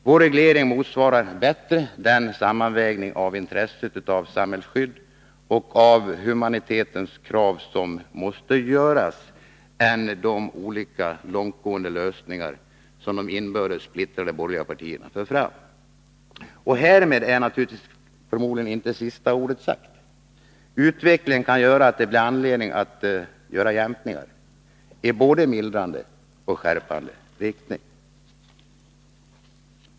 Vår reglering motsvarar bättre den sammanvägning av intresset av samhällsskydd och humanitetens krav som måste göras än de olika långtgående lösningar som de inbördes splittrade borgerliga partierna för fram. Härmed är förmodligen inte sista ordet sagt. Utvecklingen kan medföra att det blir anledning att göra jämkningar i både mildrande och skärpande riktning.